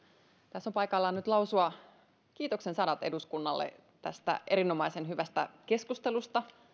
tässä on paikallaan nyt lausua kiitoksen sanat eduskunnalle tästä erinomaisen hyvästä keskustelusta